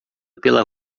pela